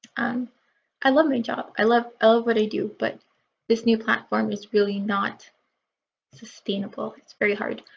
um i love my job i love i love what i do but this new platform is really not sustainable. it's very hard.